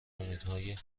امیدهای